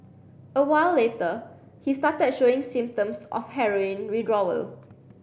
a while later he started showing symptoms of heroin withdrawal